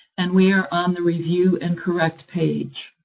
and we are on the review and correct page.